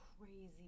crazy